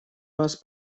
нас